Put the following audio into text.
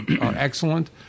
excellent